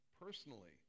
personally